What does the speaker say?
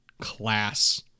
class